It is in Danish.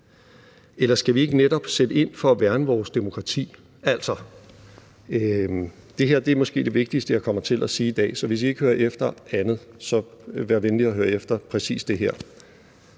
Eller skal vi ikke netop sætte ind for at værne vores demokrati? Kl. 10:07 Altså, det her er måske det vigtigste, jeg kommer til at sige i dag, så hvis I ikke hører efter andet, så vær venlig at høre efter præcis det her: